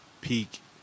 peak